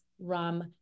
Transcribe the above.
rum